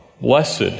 Blessed